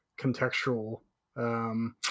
contextual